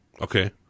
Okay